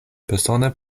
persone